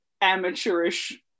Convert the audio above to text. amateurish